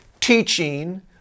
teaching